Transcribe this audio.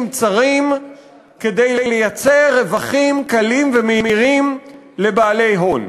צרים כדי לייצר רווחים קלים ומהירים לבעלי הון.